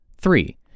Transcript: Three